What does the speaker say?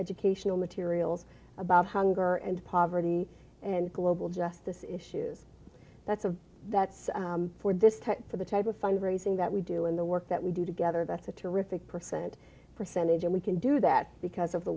educational materials about hunger and poverty and global justice issues that's a that's for this type for the type of fundraising that we do in the work that we do together that's a terrific percent percentage and we can do that because of the